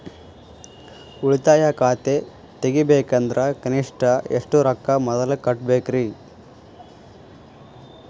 ಉಳಿತಾಯ ಖಾತೆ ತೆಗಿಬೇಕಂದ್ರ ಕನಿಷ್ಟ ಎಷ್ಟು ರೊಕ್ಕ ಮೊದಲ ಕಟ್ಟಬೇಕ್ರಿ?